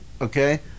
okay